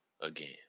again